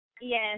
Yes